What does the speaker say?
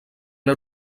una